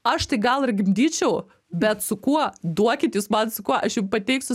aš tik gal ir gimdyčiau bet su kuo duokit jūs man su kuo aš jum pateiksiu